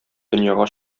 дөньяга